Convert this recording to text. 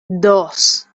dos